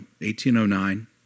1809